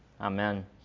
Amen